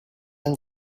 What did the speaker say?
and